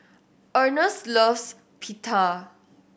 Earnest loves Pita